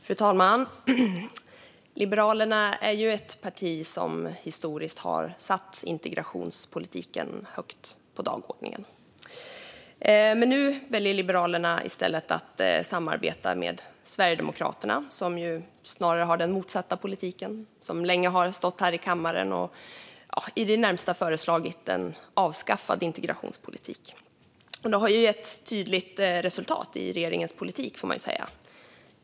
Fru talman! Liberalerna är ett parti som historiskt har satt integrationspolitiken högt på dagordningen. Men nu väljer Liberalerna i stället att samarbeta med Sverigedemokraterna som snarare har den motsatta politiken och som länge har stått här i kammaren och i det närmaste föreslagit ett avskaffande av integrationspolitiken. Det har gett ett tydligt resultat i regeringens politik.